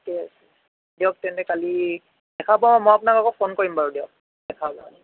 ঠিকেই আছে দিয়ক তেন্তে কালি দেখা পাম মই আপোনাক আকৌ ফোন কৰিম বাৰু দিয়ক কালি দেখা পাম